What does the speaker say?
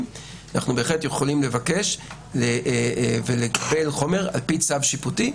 אנחנו בהחלט יכולים לבקש ולקבל חומר על פי צו שיפוטי,